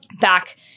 back